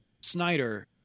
Snyder